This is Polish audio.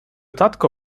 tatko